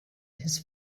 his